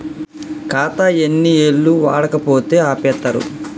ఖాతా ఎన్ని ఏళ్లు వాడకపోతే ఆపేత్తరు?